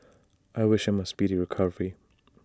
I wish him A speedy recovery